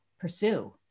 pursue